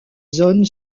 zone